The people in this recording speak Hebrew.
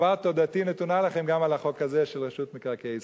וכבר תודתי נתונה לכם גם על החוק הזה של רשות מקרקעי ישראל.